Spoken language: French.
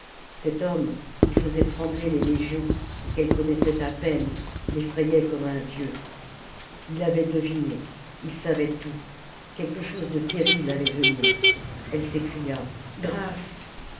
cet homme qui faisait trembler les légions et qu'elle connaissait à peine l'effrayait comme un dieu il avait deviné il savait tout quelque chose de terrible allait venir elle s'écria grâce